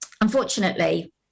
unfortunately